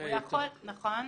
נכון,